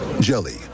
Jelly